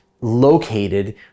located